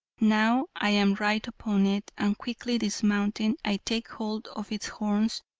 now i am right upon it, and quickly dismounting, i take hold of its horns,